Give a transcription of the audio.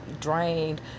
drained